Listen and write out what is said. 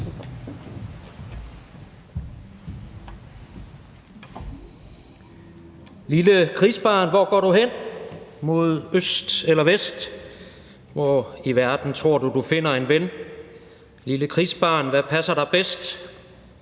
»Lille krigsbarn, hvor går du hen?/Øst eller vest?/Hvor i verden tror du/du finder en ven?/Lille krigsbarn, hvad passer dig bedst:/Et